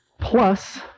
Plus